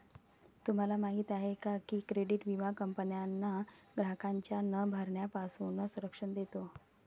तुम्हाला माहिती आहे का की क्रेडिट विमा कंपन्यांना ग्राहकांच्या न भरण्यापासून संरक्षण देतो